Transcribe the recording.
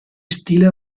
stile